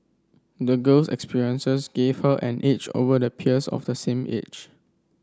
the girl's experiences gave her an edge over the peers of the same age